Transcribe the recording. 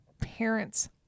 parents